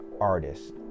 artists